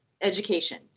Education